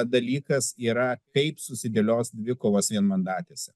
dalykas yra kaip susidėlios dvikovos vienmandatėse